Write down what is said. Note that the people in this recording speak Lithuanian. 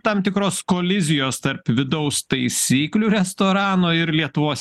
tam tikros kolizijos tarp vidaus taisyklių restorano ir lietuvos